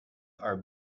are